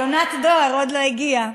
יונת הדואר עוד לא הגיעה.